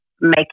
make